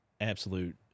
absolute